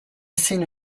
ezin